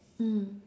mm